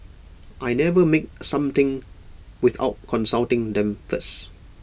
I never make something without consulting them first